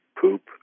poop